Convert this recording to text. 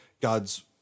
God's